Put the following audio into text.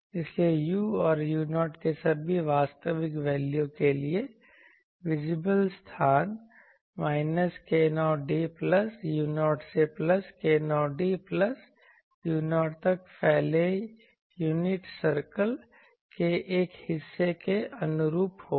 इसलिए u और u0 के सभी वास्तविक वैल्यू के लिए विजिबल स्थान माइनस k0d प्लस u0 से प्लस k0d प्लस u0 तक फैले यूनिट सर्कल के एक हिस्से के अनुरूप होगा